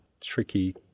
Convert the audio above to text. tricky